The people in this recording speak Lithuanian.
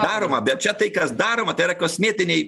daroma bet čia tai kas daroma tai yra kosmetiniai